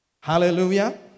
Hallelujah